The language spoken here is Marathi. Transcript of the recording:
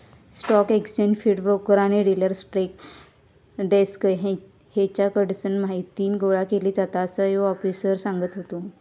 स्टॉक एक्सचेंज फीड, ब्रोकर आणि डिलर डेस्क हेच्याकडसून माहीती गोळा केली जाता, असा तो आफिसर सांगत होतो